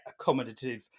accommodative